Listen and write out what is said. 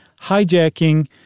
hijacking